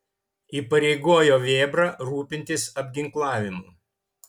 įpareigojo vėbrą rūpintis apginklavimu